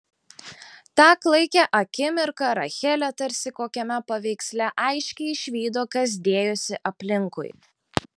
tą klaikią akimirką rachelė tarsi kokiame paveiksle aiškiai išvydo kas dėjosi aplinkui